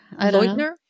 Leutner